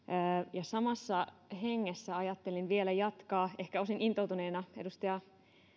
ja samassa hengessä ajattelin vielä jatkaa ehkä osin intoutuneena edustaja